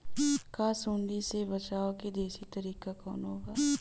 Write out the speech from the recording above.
का सूंडी से बचाव क देशी तरीका कवनो बा?